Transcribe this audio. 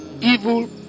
evil